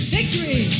Victory